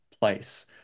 place